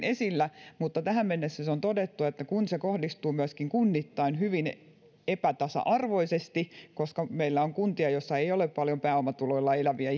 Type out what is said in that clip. esillä mutta tähän mennessä on todettu että kun se kohdistuu myöskin kunnittain hyvin epätasa arvoisesti koska meillä on kuntia joissa ei ole paljon pääomatuloilla eläviä